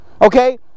okay